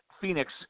Phoenix